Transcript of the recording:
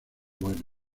buenas